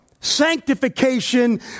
sanctification